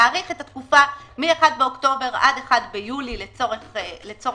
להאריך את התקופה מ-1 באוקטובר עד 1 ביולי לצורך העניין,